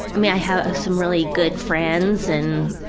i mean, i have some really good friends and.